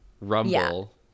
rumble